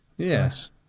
Yes